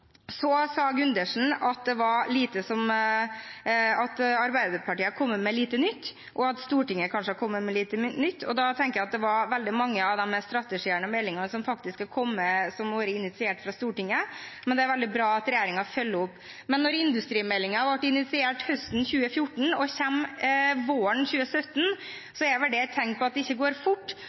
Så sa Gundersen at Arbeiderpartiet har kommet med lite nytt, og at Stortinget kanskje har kommet med lite nytt. Da tenkte jeg at det er veldig mange av de strategiene og meldingene som har vært initiert fra Stortinget, men det er veldig bra at regjeringen følger opp. Men når industrimeldingen ble initiert høsten 2014 og kommer våren 2017, er det et tegn på at det ikke går fort.